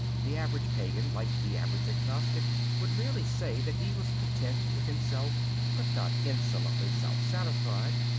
the average pagan, like the average agnostic, would merely say that he was content with himself, but not insolently self-satisfied,